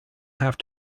have